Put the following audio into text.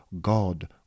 God